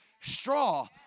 straw